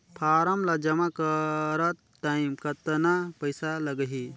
Form ला जमा करत टाइम कतना पइसा लगही?